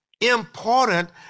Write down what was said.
important